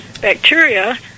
bacteria